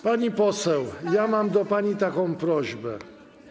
Pani poseł, ja mam do pani taką prośbę.